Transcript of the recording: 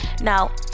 Now